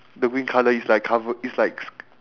the green colour is like cover it's likes